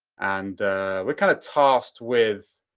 and we're kind of tasked with